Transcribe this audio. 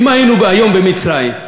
אם היינו היום במצרים,